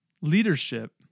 leadership